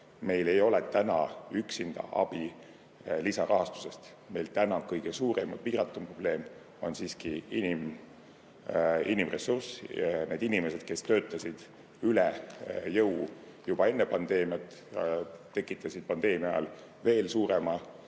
meil ei ole täna üksinda abi lisarahastusest. Meil täna kõige suurem ja piiratum probleem on siiski inimressurss. Need inimesed, kes töötasid üle jõu juba enne pandeemiat, tekitasid pandeemia ajal veel suurema